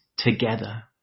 together